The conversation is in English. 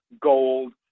gold